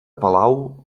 palau